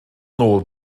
nôl